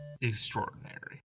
extraordinary